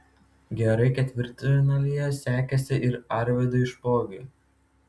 gerai ketvirtfinalyje sekėsi ir arvydui špogiui